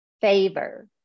favor